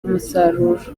umusaruro